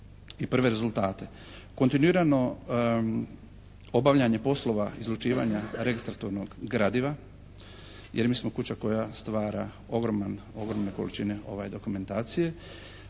i prve rezultate. Kontinuirano obavljanje poslova izrađivanja registratornog gradiva jer mi smo kuća koja stvara ogroman, ogromne količine dokumentacije,